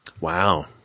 Wow